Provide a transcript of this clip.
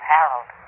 Harold